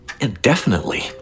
indefinitely